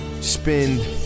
spend